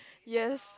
yes